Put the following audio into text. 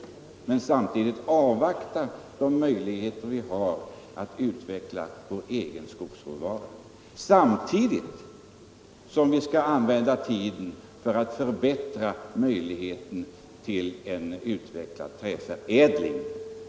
Vi kan under denna tid avvakta de möjtigheter som finns att utveckla vår egen skogsvara, samtidigt som vi skall använda tiden för ait förbättra möjligheten till en utvecklad träförädling.